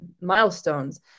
milestones